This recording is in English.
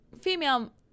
Female